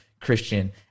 Christian